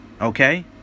okay